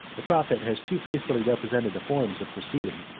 the prophet has too faithfully represented the forms of proceeding,